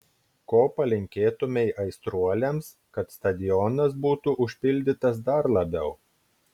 ko palinkėtumei aistruoliams kad stadionas būtų užpildytas dar labiau